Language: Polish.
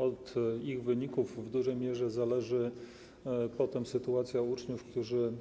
Od ich wyników w dużej mierze zależy potem sytuacja uczniów, którzy